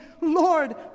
Lord